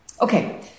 okay